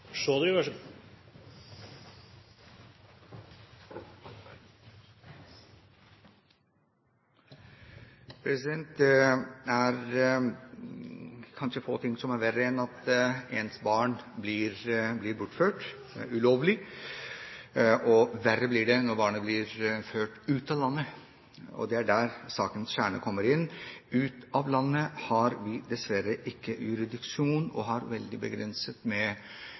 og Fremskrittspartiet. Det er kanskje få ting som er verre enn at ens barn blir bortført ulovlig, og verre blir det når barnet blir ført ut av landet. Og det er sakens kjerne. Utenfor landet har vi dessverre ikke jurisdiksjon, og vi har begrenset